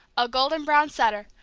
a golden brown setter,